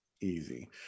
easy